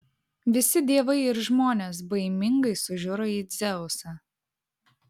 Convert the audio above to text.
visi dievai ir žmonės baimingai sužiuro į dzeusą